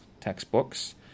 textbooks